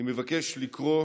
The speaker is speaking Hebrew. אני מבקש לקרוא